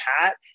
hat